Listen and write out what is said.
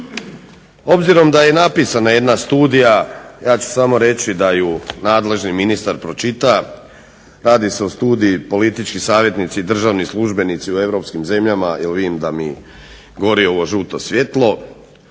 Obzirom da je napisana jedna studija ja ću samo reći da ju nadležni ministar pročita. Radi se o studiji politički savjetnici, državni službenici u europskim zemljama jer vidim da mi gori ovo žuto svjetlo